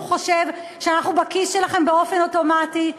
חושב שאנחנו בכיס שלכם באופן אוטומטי,